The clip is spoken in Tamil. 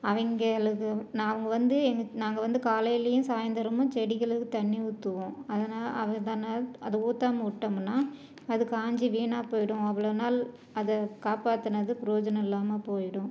அவங்களுக்கு நாங்கள் வந்து எங் நாங்கள் வந்து காலையிலேயும் சாய்ந்திரமும் செடிகளுக்கு தண்ணி ஊற்றுவோம் அதனா அதனால் அது ஊற்றாம விட்டோம்னா அது காஞ்சு வீணாக போய்விடும் அவ்வளோ நாள் அதை காப்பாற்றினது பிரோயோஜனம் இல்லாமல் போய்விடும்